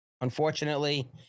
unfortunately